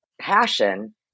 Passion